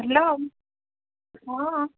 hello ହଁ